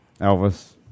Elvis